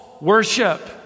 worship